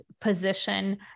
position